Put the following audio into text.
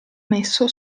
messo